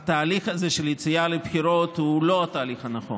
שהתהליך הזה של יציאה לבחירות הוא לא התהליך הנכון.